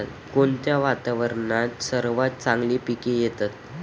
कोणत्या वातावरणात सर्वात चांगली पिके येतात?